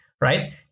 right